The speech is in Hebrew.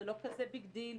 זה לא כזה ביג דיל.